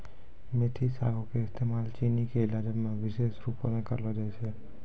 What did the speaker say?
मेथी सागो के इस्तेमाल चीनी के इलाजो मे विशेष रुपो से करलो जाय छै